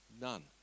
None